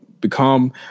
become